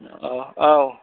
औ औ